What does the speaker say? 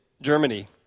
Germany